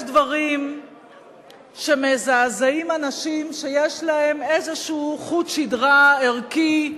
יש דברים שמזעזעים אנשים שיש להם איזשהו חוט שדרה ערכי,